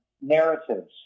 narratives